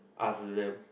ask them